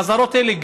האזהרות האלה,